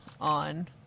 on